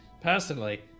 personally